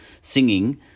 singing